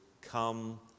come